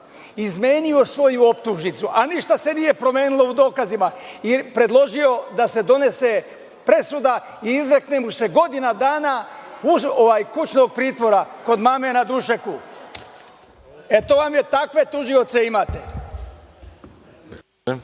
izmenio svoju optužnicu, a ništa se nije promenilo u dokazima. Predložio je da se donese presuda i izrekne mu se godinu dana kućnog pritvora kod mame na dušeku. Takve tužioce imate.